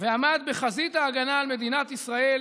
ועמד בחזית ההגנה על מדינת ישראל